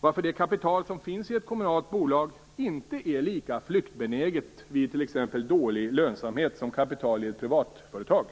varför det kapital som finns i ett kommunalt bolag inte är lika flyktbenäget vid t.ex. dålig lönsamhet som kapital i ett privatföretag.